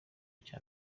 cya